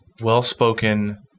well-spoken